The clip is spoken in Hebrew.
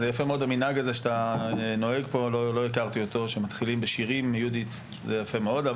המנהג הזה של פתיחת הדיון עם שיר הוא יפה מאוד.